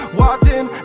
watching